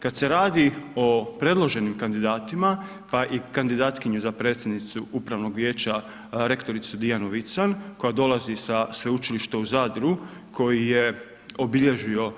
Kad se radi o predloženim kandidatima pa i kandidatkinju za predsjednicu upravnog vijeća, rektoricu Dijanu Vicon koja dolazi sa Sveučilišta u Zadru koji je obilježio